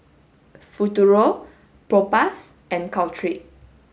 Futuro Propass and Caltrate